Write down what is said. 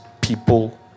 people